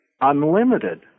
unlimited